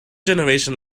generation